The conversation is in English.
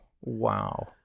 Wow